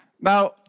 Now